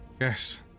Yes